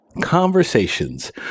Conversations